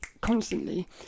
constantly